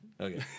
Okay